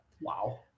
wow